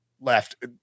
left